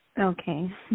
Okay